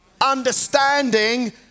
understanding